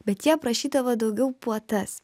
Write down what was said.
bet jie aprašydavo daugiau puotas